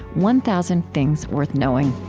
one thousand things worth knowing